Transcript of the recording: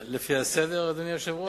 הסדר, אדוני היושב-ראש?